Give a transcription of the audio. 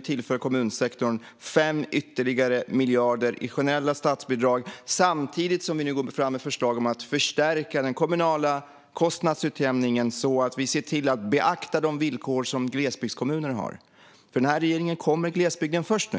tillför vi nu kommunsektorn 5 ytterligare miljarder i generella statsbidrag. Samtidigt går vi fram med förslag om att förstärka den kommunala kostnadsutjämningen så att vi ser till att beakta de villkor som glesbygdskommuner har. För den här regeringen kommer glesbygden först.